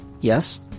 Yes